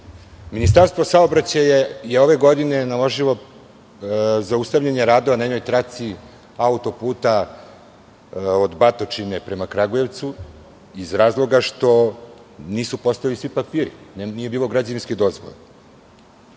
Ministarstvo saobraćaja je ove godine naložilo zaustavljanje radova na jednoj traci autoputa od Batočine prema Kragujevcu, iz razloga što nisu postojali svi papiri i nije bilo građevinske dozvole. Šta